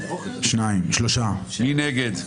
מי נגד?